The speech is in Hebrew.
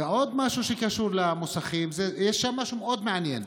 ועוד משהו שקשור למוסכים, יש שם משהו מאוד מעניין: